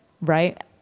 Right